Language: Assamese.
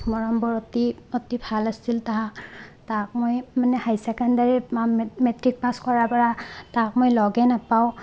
মৰমবোৰ অতি অতি ভাল আছিল তাহাৰ তাক মই মানে হায়াৰ ছেকেণ্ডেৰী মেট্ৰিক পাছ কৰাৰ পৰা তাক মই লগেই নাপাওঁ